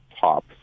top